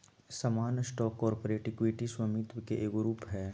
सामान्य stock corporate equity स्वामित्व के एक रूप हय